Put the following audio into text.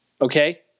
Okay